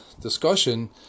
discussion